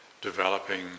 developing